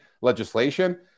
legislation